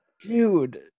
dude